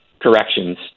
corrections